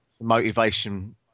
motivation